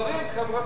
לדברים חברתיים.